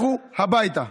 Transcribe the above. לכו הביתה.